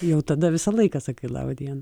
jau tada visą laiką sakai laba diena